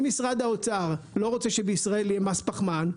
אם משרד האוצר לא רוצה שבישראל יהיה מס פחמן,